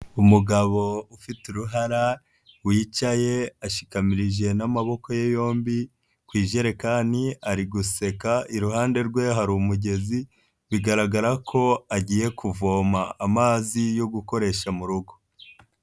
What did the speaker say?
Umugabo ufite uruhara, wicaye ashikamirije n'amaboko ye yombi ku ijerekani, ari guseka, iruhande rwe hari umugezi, bigaragara ko agiye kuvoma amazi yo gukoresha mu rugo.